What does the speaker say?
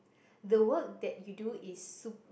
the work that you do is sup~